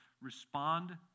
respond